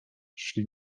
szli